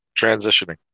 transitioning